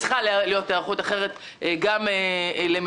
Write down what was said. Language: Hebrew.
צריכה להיות היערכות אחרת גם בערים